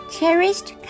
Cherished